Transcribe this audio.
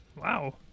Wow